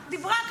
אמרה,